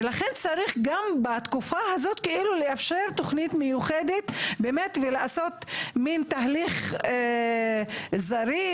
ולכן צריך גם בתקופה הזאת לאפשר תוכנית מיוחדת ולעשות תהליך זריז,